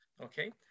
Okay